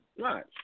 Right